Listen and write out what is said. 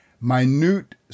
minute